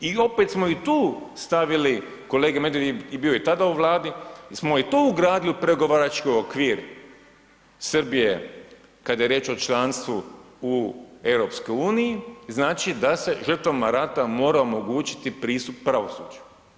I opet smo i tu stavili, kolega Medved je bio i tada u vladi, smo i to ugradili u pregovarački okvir Srbije kada je riječ o članstvu u EU, znači da se žrtvama rata mora omogućiti pristup pravosuđu.